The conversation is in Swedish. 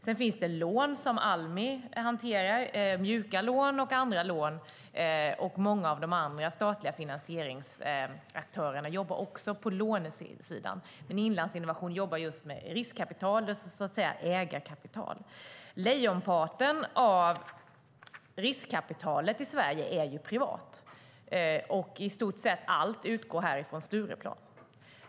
Sedan finns det lån som Almi hanterar, mjuka lån och andra lån. Många andra statliga finansieringsaktörer jobbar också på lånesidan. Men Inlandsinnovation arbetar med riskkapital, det vill säga ägarkapital. Lejonparten av riskkapitalet i Sverige är ju privat, och i stort sett allt utgår från Stureplan.